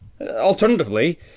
Alternatively